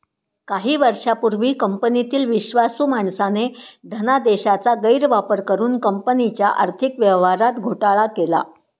काही वर्षांपूर्वी कंपनीतील विश्वासू माणसाने धनादेशाचा गैरवापर करुन कंपनीच्या आर्थिक व्यवहारात घोटाळा केला